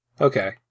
Okay